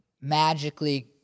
magically